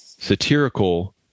Satirical